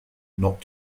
not